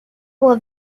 while